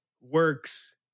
works